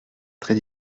très